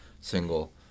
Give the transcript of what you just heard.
single